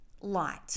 light